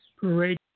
parade